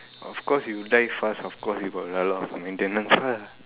of course you drive fast of course you got a lot of maintenance lah